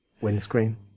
windscreen